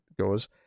goes